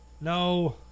No